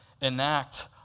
enact